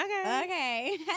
Okay